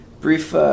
brief